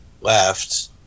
left